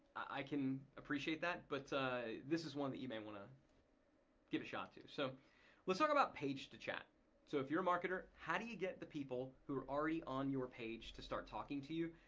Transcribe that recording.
i can appreciate that but this is one that you may wanna give a shot to. so let's talk about page to chat so if you're a marketer, how do you get the people who are already on your page to start talking to you.